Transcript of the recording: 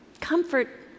comfort